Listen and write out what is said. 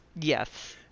Yes